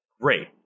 great